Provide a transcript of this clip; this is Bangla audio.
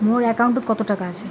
মোর একাউন্টত কত টাকা আছে?